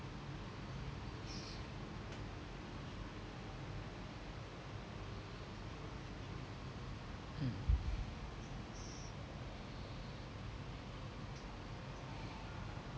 mm